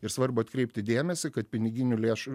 ir svarbu atkreipti dėmesį kad piniginių lėšų